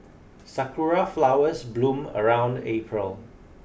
sakura flowers bloom around April